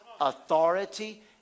Authority